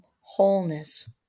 wholeness